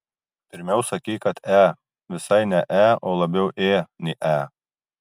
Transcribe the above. pirmiau sakei kad e visai ne e o labiau ė nei e